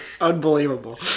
Unbelievable